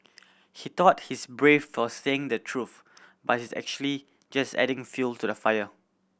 he thought he's brave for saying the truth but he's actually just adding fuel to the fire